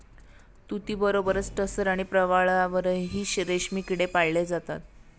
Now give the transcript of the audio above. तुतीबरोबरच टसर आणि प्रवाळावरही रेशमी किडे पाळले जातात